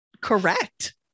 correct